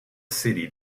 city